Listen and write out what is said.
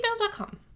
gmail.com